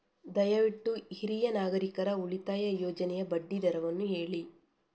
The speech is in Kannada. ದಯವಿಟ್ಟು ಹಿರಿಯ ನಾಗರಿಕರ ಉಳಿತಾಯ ಯೋಜನೆಯ ಬಡ್ಡಿ ದರವನ್ನು ಹೇಳಿ